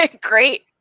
Great